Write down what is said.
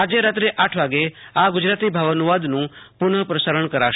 આવતીકાલે રાત્રે આઠ વાગ્યે આ ગુજરાતી ભાવાનુવાદનું પુનઃપ્રસારણ કરાશે